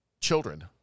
children